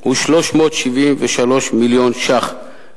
הוא 373 מיליון שקל,